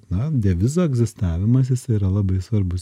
na devizą egzistavimas jis yra labai svarbus